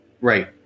Right